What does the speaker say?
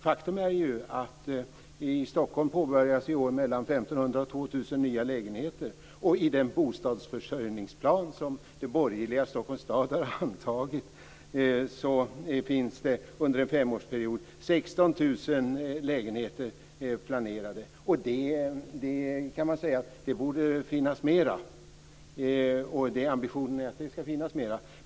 Faktum är att i år påbörjas byggandet av 1 500 Stockholms stad har antagit finns under en femårsperiod 16 000 lägenheter planerade. Det borde finnas flera, och ambitionen är att det ska finnas flera.